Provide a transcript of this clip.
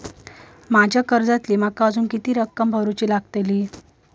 माझ्या कर्जातली माका अजून किती रक्कम भरुची लागात?